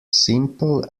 simple